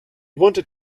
wanted